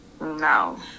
No